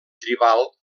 tribal